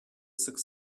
sık